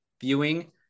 viewing